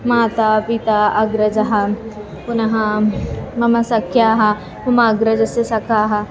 माता पिता अग्रजः पुनः मम सख्यः मम अग्रजस्य सखाः